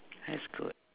that's good